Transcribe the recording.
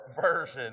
version